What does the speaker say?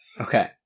Okay